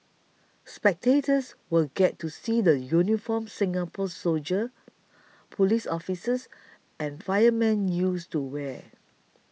spectators will get to see the uniforms Singapore's soldiers police officers and firemen used to wear